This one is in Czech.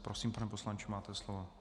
Prosím, pane poslanče, máte slovo.